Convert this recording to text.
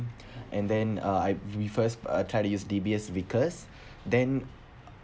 and then uh I refers uh try to use D_B_S vickers then